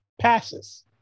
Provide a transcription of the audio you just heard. passes